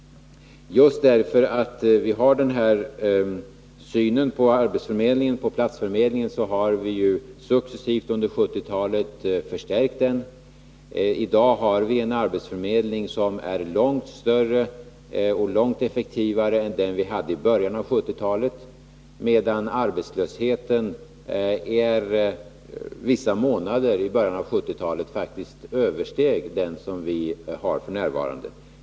Just därför att vi har den här synen på platsförmedlingen har vi successivt under 1970-talet förstärkt denna. I dag har vi en arbetsförmedling som är långt effektivare än den vi hade i början av 1970-talet, medan arbetslösheten vissa månader i början av 1970-talet faktiskt översteg den vi har f. n.